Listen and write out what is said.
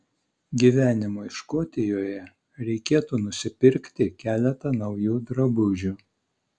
gyvenimui škotijoje reikėtų nusipirkti keletą naujų drabužių